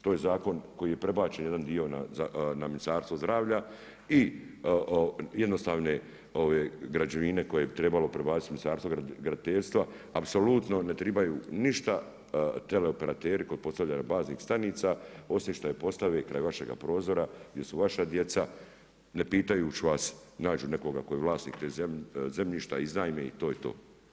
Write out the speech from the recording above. To je zakon koji je prebačen jedan dio na Ministarstvo zdravlja i jednostavne građevine koje bi trebalo prebaciti na Ministarstvo graditeljstva apsolutno ne tribaju ništa teleoperateri kod postavljanja baznih stanica osim što je postave kod vašega prozora gdje su vaša djeca ne pitajuć vas nađu nekoga tko je vlasnik tog zemljišta, iznajme i to je to.